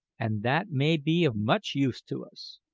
and that may be of much use to us.